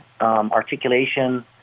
articulation